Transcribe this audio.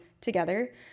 together